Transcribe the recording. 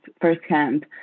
firsthand